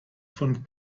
von